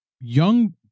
young